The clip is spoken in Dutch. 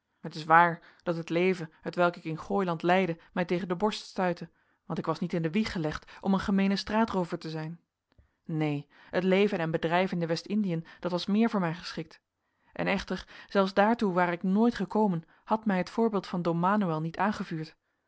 het is waar dat het leven hetwelk ik in gooiland leidde mij tegen de borst stuitte want ik was niet in de wieg gelegd om een gemeene straatroover te zijn neen het leven en bedrijf in de west indien dat was meer voor mij geschikt en echter zelfs daartoe ware ik nooit gekomen had mij het voorbeeld van don manoël niet aangevuurd